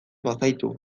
bazaitu